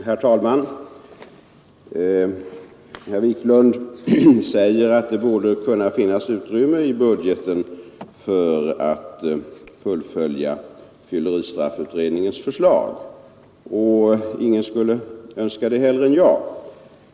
Herr talman! Herr Wiklund i Stockholm säger att det borde kunna finnas utrymme i budgeten för att fullfölja fylleristraffutredningens förslag, och ingen skulle önska det hellre än jag.